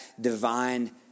divine